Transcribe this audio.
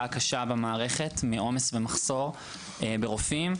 קשה במערכת מעומס ומחסור ברופאים,